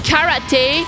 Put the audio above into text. Karate